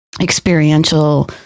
experiential